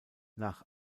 nach